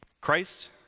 Christ